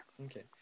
Okay